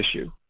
issue